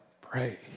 pray